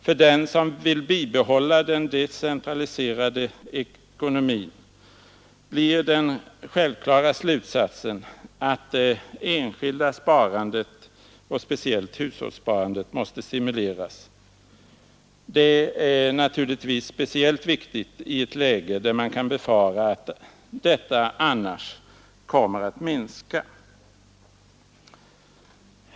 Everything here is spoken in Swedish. För den som vill behålla den decentraliserade ekonomin blir den självklara slutsatsen att det enskilda sparandet och speciellt hushållssparandet måste stimuleras. Detta är naturligtvis särskilt viktigt i ett läge där man kan befara att detta sparande annars kommer att minska.